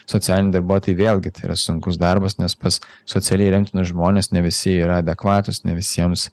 socialiniai darbuotojai vėlgi tai yra sunkus darbas nes pas socialiai remtinus žmones ne visi yra adekvatūs ne visiems